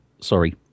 Sorry